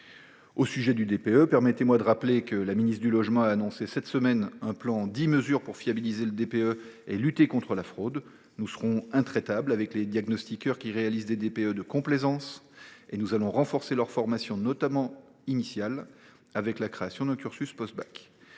Au sujet du DPE, permettez moi de rappeler que la ministre chargée du logement a lancé, cette semaine, un plan de dix mesures pour fiabiliser le diagnostic et lutter contre la fraude. Nous serons intraitables avec les diagnostiqueurs qui réalisent des DPE de complaisance et nous renforcerons la formation, notamment initiale, avec la création d’un cursus postbac.